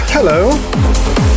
Hello